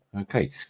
okay